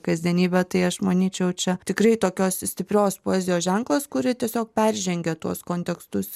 kasdienybę tai aš manyčiau čia tikrai tokios stiprios poezijos ženklas kuri tiesiog peržengia tuos kontekstus